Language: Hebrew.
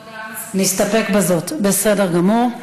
אני לא חושב, יש, נסתפק בזאת, בסדר גמור.